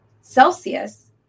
Celsius